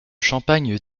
champagne